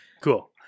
Cool